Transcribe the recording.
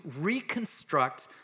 reconstruct